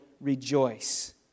rejoice